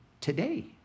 today